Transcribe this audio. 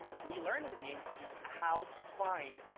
we learned in the institute how to find,